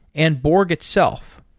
and borg itself.